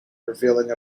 revealing